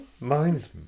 Mine's